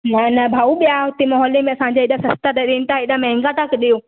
न न भाउ ॿिया हुते मोहल्ले में असांखे एॾा सस्ता ॾरीन एॾा महांगा था ॾेयो